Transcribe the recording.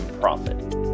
profit